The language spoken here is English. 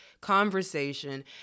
conversation